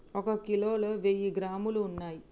ఒక కిలోలో వెయ్యి గ్రాములు ఉన్నయ్